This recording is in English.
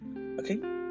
Okay